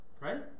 right